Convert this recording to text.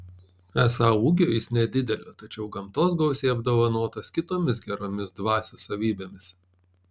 esą ūgio jis nedidelio tačiau gamtos gausiai apdovanotas kitomis geromis dvasios savybėmis